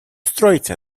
устроить